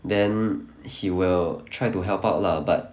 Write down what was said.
then he will try to help out lah but